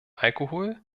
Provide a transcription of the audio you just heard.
alkohol